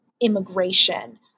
immigration